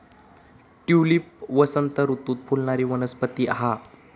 tulip वसंत ऋतूत फुलणारी वनस्पती हा